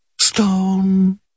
stone